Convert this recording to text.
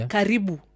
Karibu